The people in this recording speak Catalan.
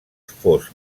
fos